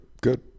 Good